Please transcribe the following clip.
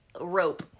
rope